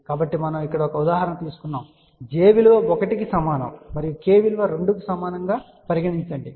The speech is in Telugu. కాబట్టి మనము ఇక్కడ ఒక ఉదాహరణ తీసుకున్నాము j విలువ1 కు సమానం మరియు k విలువ2 కి సమానంగా పరిగణించండి